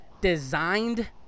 designed